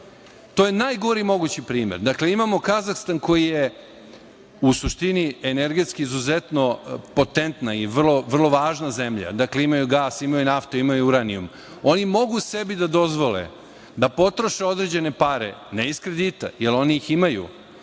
To je najgori mogući primer. Dakle, imamo Kazahstan koji je u suštini energetski izuzetno potentna i vrlo važna zemlja. Dakle, imaju gas, imaju naftu, imaju uranijum. Oni mogu sebi da dozvole da potroše određene pare ne iz kredita, jer oni ih imaju,